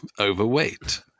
Overweight